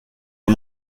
pas